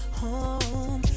home